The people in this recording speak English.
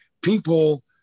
people